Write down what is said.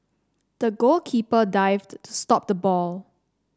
the goalkeeper dived to stop the ball